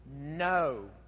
No